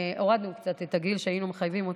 הורדנו קצת את הגיל שבו היינו מחייבים אותם,